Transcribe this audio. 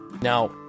Now